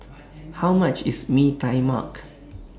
How much IS Mee Tai Mak